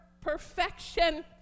perfection